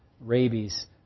rabies